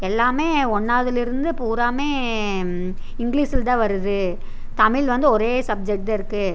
எல்லாமே ஒன்னாவதுல இருந்து பூராவுமே இங்லீஷில் தான் வருது தமிழ் வந்து ஒரே சப்ஜெக்ட் தான் இருக்கு